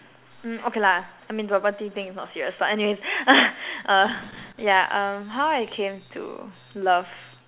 mm okay lah I mean bubble tea thing is not serious but anyway uh ya um how I came to love